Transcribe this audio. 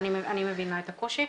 אני מבינה את הקושי.